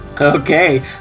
Okay